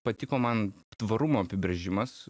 patiko man tvarumo apibrėžimas